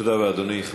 תודה רבה, אדוני.